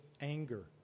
anger